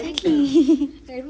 exactly